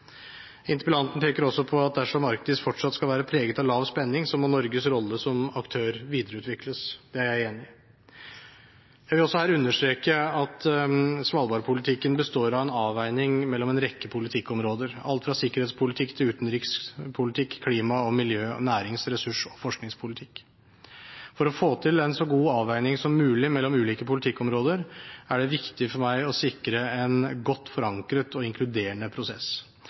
Interpellanten peker også på at dersom Arktis fortsatt skal være preget av lav spenning, må Norges rolle som aktør videreutvikles. Det er jeg enig i. Jeg vil også her understreke at svalbardpolitikken består av en avveining mellom en rekke politikkområder – alt fra sikkerhetspolitikk til utenrikspolitikk, klima og miljø og nærings-, ressurs- og forskningspolitikk. For å få til en så god avveining som mulig mellom ulike politikkområder er det viktig for meg å sikre en godt forankret og inkluderende prosess.